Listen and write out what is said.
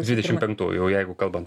dvidešimt penktų jau jeigu kalbant